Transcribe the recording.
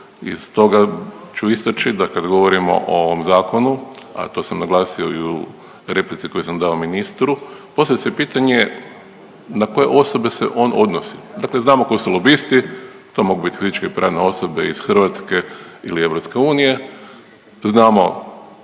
i stoga ću istaći da kad govorimo o ovom zakonu, a to sam naglasio i u replici koju sam dao ministru, postavlja se pitanje na koje osobe se on odnosi, dakle znamo ko su lobisti, to mogu bit fizičke i pravne osobe iz Hrvatske ili EU, znamo